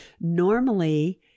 Normally